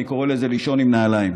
אני קורא לזה "לישון עם נעליים".